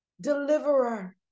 deliverer